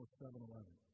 7-Eleven